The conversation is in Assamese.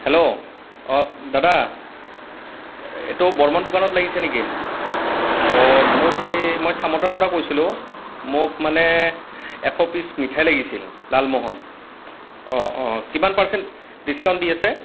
হেল্ল' অঁ দাদা এইটো বৰ্মন দোকানত লাগিছে নেকি অঁ মোক এই মই চামতাৰ পৰা কৈছিলোঁ মোক মানে এশ পিছ মিঠাই লাগিছিল লালমোহন অঁ অঁ কিমান পাৰ্চেণ্ট দিচকাউণ্ট দি আছে